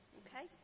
okay